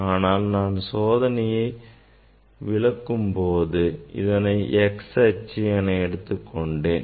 ஆனால் நான் இச்சோதனையை விளக்கும்போது இதனை x அச்சு என எடுத்துக் கொண்டேன்